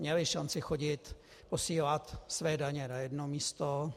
Měli šanci chodit posílat své daně na jedno místo.